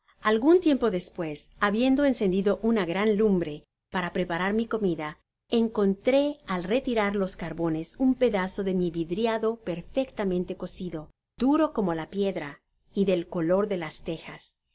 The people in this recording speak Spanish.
algun tiempo después habiendo encendido una gran lumbre para preparar i comida encontré al retirar los carbones un pedazo de mi vidriado perfectamente cocido duro como la piedra y del color de las tejas